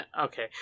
Okay